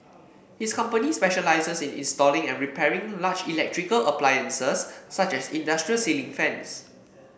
his company specialises in installing and repairing large electrical appliances such as industrial ceiling fans